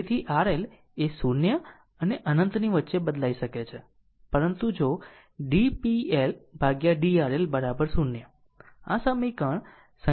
તેથી RL એ 0 અને અનંતની વચ્ચે બદલાઈ શકે છે પરંતુ જો d p L ભાગ્યા d RL 0 આ સમીકરણ સંખ્યા 16 આપવામાં આવે છે